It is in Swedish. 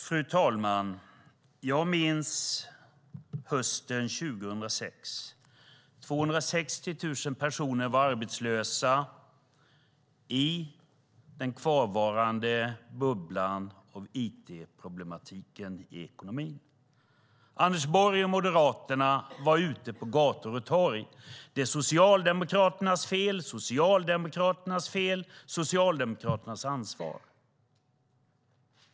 Fru talman! Jag minns hösten 2006. Då var 260 000 personer arbetslösa i den kvarvarande bubblan av it-problematiken i ekonomin. Anders Borg och Moderaterna var ute på gator och torg och sade: Det är Socialdemokraternas fel och Socialdemokraternas ansvar!